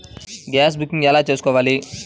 Gas booking ఎలా చేసుకోవాలి?